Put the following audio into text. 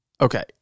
okay